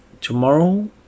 Tomorrow